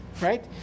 right